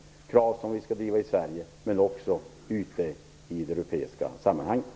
Detta är krav som vi skall driva i Sverige, men också ute i det europeiska sammanhanget.